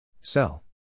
Sell